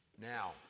Now